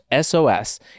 SOS